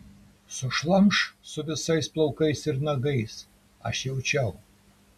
sušlamš su visais plaukais ir nagais aš jaučiau